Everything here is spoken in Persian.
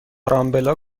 رامبلا